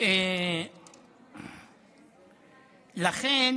לכן